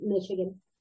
michigan